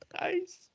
nice